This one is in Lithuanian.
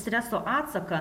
streso atsaką